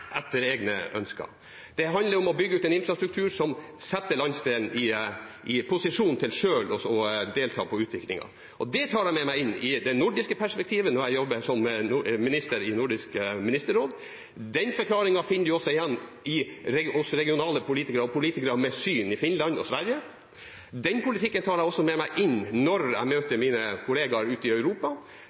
etter egne ønsker. Det handler om å bygge ut en infrastruktur som setter landsdelen i posisjon til selv å delta i utviklingen. Dette tar jeg med meg inn i det nordiske perspektivet når jeg jobber som minister i Nordisk ministerråd. Den forklaringen finner man også igjen hos regionale politikere og hos politikere med syn i Finland og Sverige. Den politikken tar jeg også med meg når jeg møter mine kollegaer ute i Europa: